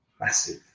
massive